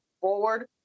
forward